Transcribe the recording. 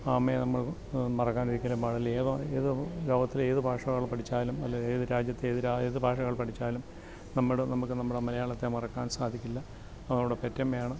ആ അമ്മയെ നമ്മൾ മറക്കാനൊരിക്കലും പാടില്ല ഏത് ഏത് ലോകത്തിലെ ഏത് ഭാഷകള് പഠിച്ചാലും അല്ലെൽ ഏത് രാജ്യത്തെ ഏ ഏത് ഭാഷകൾ പഠിച്ചാലും നമ്മുടെ നമുക്ക് നമ്മുടെ മലയാളത്തെ മറക്കാൻ സാധിക്കില്ല അത് നമ്മുടെ പെറ്റമ്മയാണ്